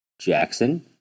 Jackson